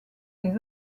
des